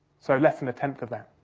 so, less than a tenth of that.